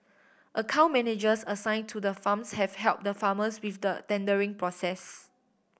account managers assign to the farms have helped the farmers with the tendering process